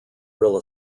real